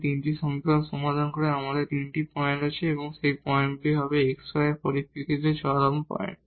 এই তিনটি সমীকরণ সমাধান করে আমাদের তিনটি পয়েন্ট আছে এবং সেই পয়েন্টগুলো হবে x y এর পরিপ্রেক্ষিতে এক্সট্রিমা পয়েন্ট